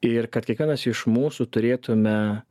ir kad kiekvienas iš mūsų turėtume